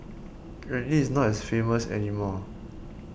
and it is not as famous anymore